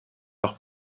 leur